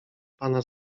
pana